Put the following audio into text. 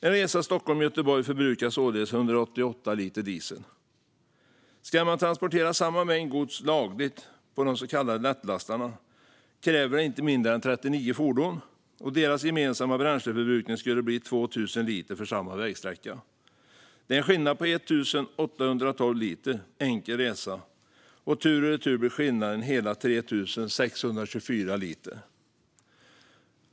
En resa mellan Stockholm och Göteborg förbrukar således 188 liter diesel. Ska man transportera samma mängd gods lagligt med så kallade lättlastare krävs det inte mindre än 39 fordon. Deras gemensamma bränsleförbrukning skulle bli ca 2 000 liter för samma vägsträcka. Det är en skillnad på 1 812 liter, enkel resa. Tur och retur blir skillnaden hela 3 624 liter.